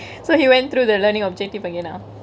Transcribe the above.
so he went through the learningk objectively again ah